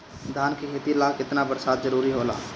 धान के खेती ला केतना बरसात जरूरी होला?